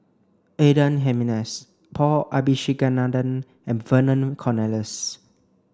Adan Jimenez Paul Abisheganaden and Vernon Cornelius